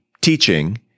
teaching